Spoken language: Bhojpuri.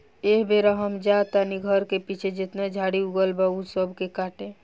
एह बेरा हम जा तानी घर के पीछे जेतना झाड़ी उगल बा ऊ सब के काटे